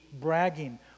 bragging